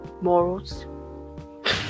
morals